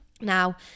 Now